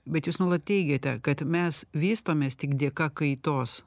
bet jūs nuolat teigiate kad mes vystomės tik dėka kaitos